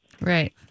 Right